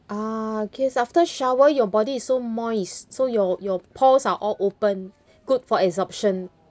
ah okay after shower your body is so moist so your your pores are all open good for absorption